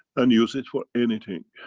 and use it for anything.